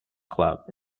club